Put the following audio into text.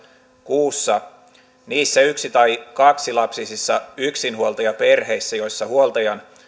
kuussa niissä yksi tai kaksilapsisissa yksinhuoltajaperheissä joissa huoltajan